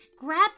Grab